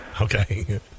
Okay